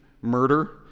murder